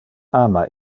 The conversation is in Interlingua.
ama